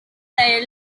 air